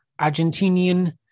Argentinian